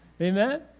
amen